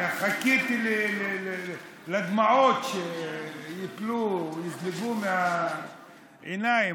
חיכיתי לדמעות שיזלגו מהעיניים,